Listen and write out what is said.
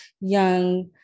young